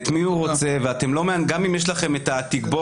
את לא תקראי לחברים אחרים בכינוי הזה.